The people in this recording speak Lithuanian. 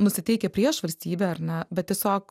nusiteikę prieš valstybę ar ne bet tiesiog